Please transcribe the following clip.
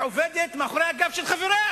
שעובדת אפילו מאחורי הגב של חבריה,